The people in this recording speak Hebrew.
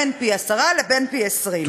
בין פי-עשרה לבין פי-20.